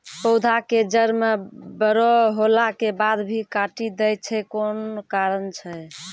पौधा के जड़ म बड़ो होला के बाद भी काटी दै छै कोन कारण छै?